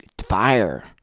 Fire